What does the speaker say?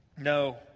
no